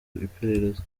iperereza